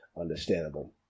understandable